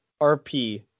RP